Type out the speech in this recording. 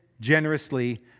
generously